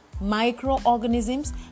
Microorganisms